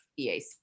EAC